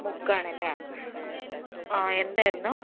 മുക്കം ആണല്ലേ ആ എന്തായിരുന്നു